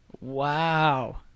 wow